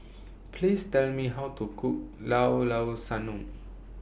Please Tell Me How to Cook Llao Llao Sanum